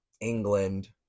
England